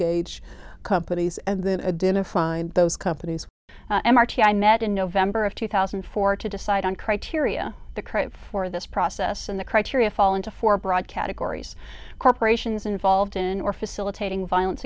engage companies and then a dinner find those companies i met in november of two thousand and four to decide on criteria the credit for this process and the criteria fall into four broad categories corporations involved in or facilitating violence